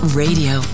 radio